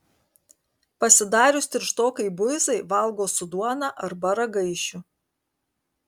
pasidarius tirštokai buizai valgo su duona arba ragaišiu